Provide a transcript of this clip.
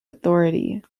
authority